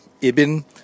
Ibn